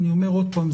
אני אומר עוד פעם,